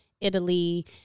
Italy